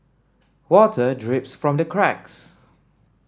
water drips from the cracks